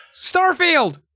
Starfield